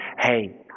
hey